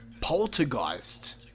Poltergeist